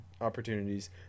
opportunities